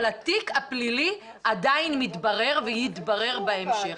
אבל התיק הפלילי עדיין מתברר ויתברר בהמשך.